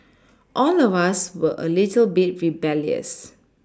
all of us were a little bit rebellious